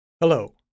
Hello